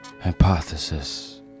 Hypothesis